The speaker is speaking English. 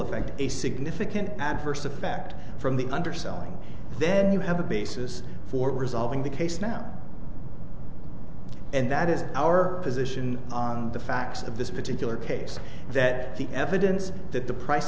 effect a significant adverse effect from the underselling then you have a basis for resolving the case now and that is our position on the facts of this particular case that the evidence that the price